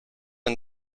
and